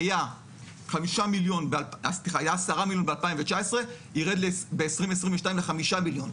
היו 10 מיליון ב-2019, זה ירד ב-2022 ל-5 מיליון.